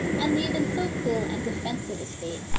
and leave in so cool and defensive a state,